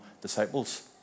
disciples